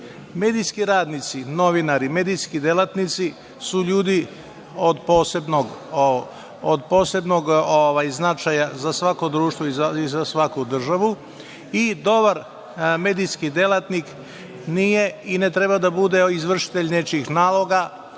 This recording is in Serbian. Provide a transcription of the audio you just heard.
vaša. Medijski radnici, novinari, medijski delatnici su ljudi od posebnog značaja za svako društvo i za svaku državu i dobar medijski delatnik nije i ne treba da bude izvršitelj nečijih naloga,